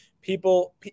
people